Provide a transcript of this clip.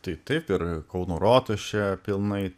tai taip ir kauno rotušė pilnai